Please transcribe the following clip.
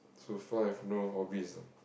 so far I've no hobbies ah